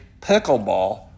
pickleball